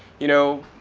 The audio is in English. you know,